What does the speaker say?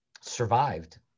survived